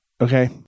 okay